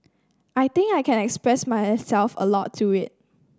I think I can express myself a lot through it